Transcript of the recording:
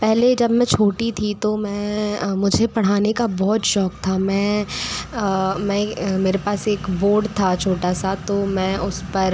पहले जब मैं छोटी थी तो मैं मुझे पढ़ाने का बहुत शौक़ था मैं मैं मेरे पास एक बोर्ड था छोटा सा तो मैं उस पर